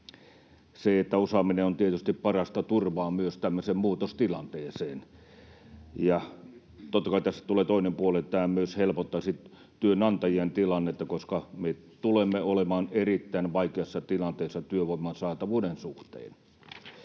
ja osaaminen on tietysti parasta turvaa myös tämmöiseen muutostilanteeseen. Totta kai tässä tulee toinen puoli, että tämä myös helpottaisi työnantajien tilannetta, koska me tulemme olemaan erittäin vaikeassa tilanteessa työvoiman saatavuuden suhteen.